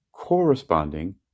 corresponding